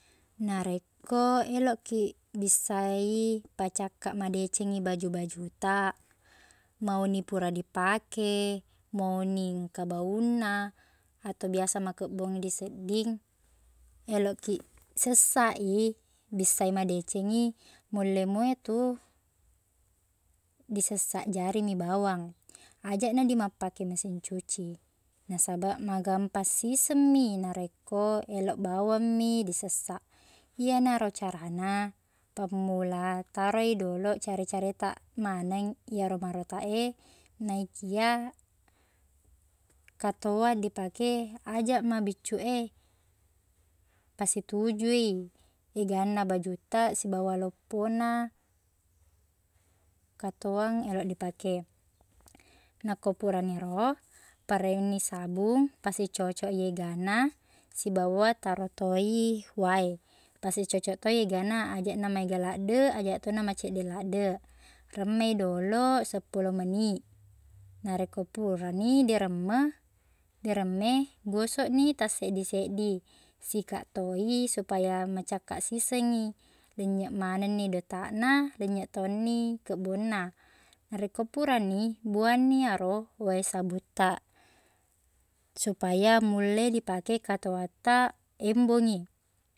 Narekko eloqkiq bissa i, pacakkaq madeceng i baju-bajutaq, mauni pura dipake, mauni engka baunna, ato biasa makebbong disedding, eloqki sessaq i, bissa i madecengngi, mulle moi tu disessaq jari mi bawang. Ajaqna dimappake mesing cuci, nasabaq magampang siseng mi narekko eloq bawang mi disessaq. Iyenaro carana, pammula, taro i doloq care-caretaq maneng iyaro marotaq e naikia katoang dipake ajaq mabiccu e. Pasituju i eganna bajutta sibawa loppona kotoang eloq dipake. Nako puraniro, parengni sabung, pasicocoq i egana, sibawa taro to i wae, pasicocoq to i egana ajaqna maega laddeq ajaq to na maceddeq laddeq. Remme i doloq seppuloh menit. Narekko purani diremme- diremme, gosokni tasseddi-seddi. Sikaq to i supaya macakkaq siseng i, lennyeq manengni dotaqna lennyeq to ni keqbonna. Narekko purani, buangni yaro wae sabungtaq, supaya mulle dipake katoangta embongngi.